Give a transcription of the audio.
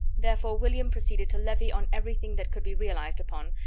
therefore william proceeded to levy on everything that could be realized upon,